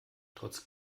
trotz